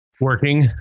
working